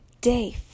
day